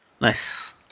nice